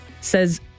says